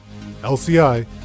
LCI